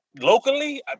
locally